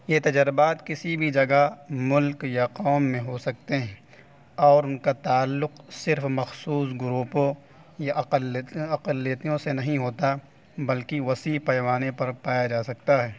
یہ تجربات کسی بھی جگہ ملک یا قوم میں ہو سکتے ہیں اور ان کا تعلق صرف مخصوص گروپوں یا اقلیتیوں سے نہیں ہوتا بلکہ وسیع پیمانے پر پایا جا سکتا ہے